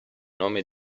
nome